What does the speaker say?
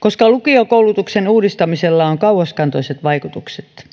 koska lukiokoulutuksen uudistamisella on kauaskantoiset vaikutukset